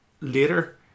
later